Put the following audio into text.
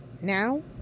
Now